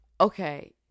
okay